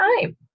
time